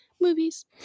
movies